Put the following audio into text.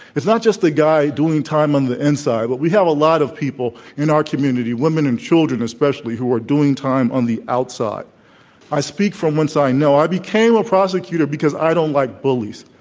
it's not just the guy doing time on the inside, but we have a lot of people in our community, women and children, especially, who are doing time on the outside i speak from whence i know. i became a prosecutor because i don't like bullies.